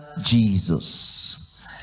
jesus